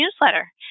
newsletter